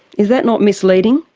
is that not misleading,